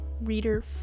reader